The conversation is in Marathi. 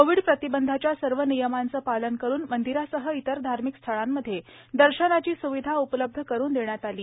कोविड प्रतिबंधाच्या सर्व नियमांचं पालन करुन मंदिरांसह इतर धार्मिक स्थळांमध्ये दर्शनाची स्विधा उपलब्ध करुन देण्यात आली आहे